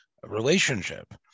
Relationship